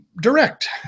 direct